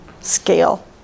scale